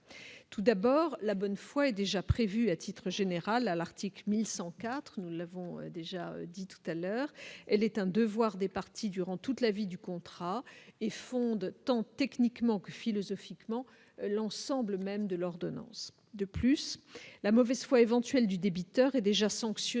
tout d'abord la bonne foi est déjà prévue à titre général à l'article 1104 nous l'avons déjà dit tout à l'heure, elle est un devoir des parties durant toute la vie du contrat et fonde tant techniquement que, philosophiquement, l'ensemble même de l'ordonnance de plus, la mauvaise foi éventuelle du débiteur et déjà sanctionné